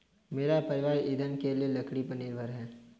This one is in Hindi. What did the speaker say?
मेरा परिवार ईंधन के लिए लकड़ी पर निर्भर है